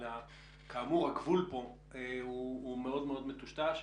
הגבול מטושטש,